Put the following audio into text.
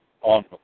on